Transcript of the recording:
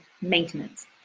maintenance